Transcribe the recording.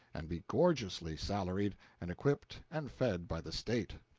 and be gorgeously salaried and equipped and fed by the state.